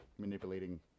manipulating